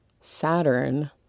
Saturn